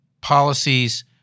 policies